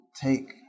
take